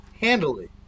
handily